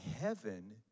heaven